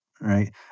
right